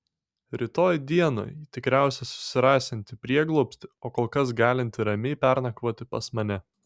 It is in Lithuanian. rytoj dieną ji tikriausiai susirasianti prieglobstį o kol kas galinti ramiai pernakvoti pas mane